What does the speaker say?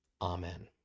Amen